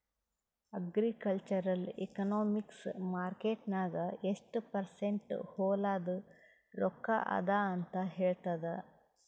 agricultural economics market ನಾಗ್ ಎಷ್ಟ percent ಹೊಲಾದು ರೊಕ್ಕಾ ಅದ ಅಂತ ಹೇಳ್ತದ್